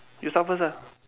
you start first ah